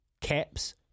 Caps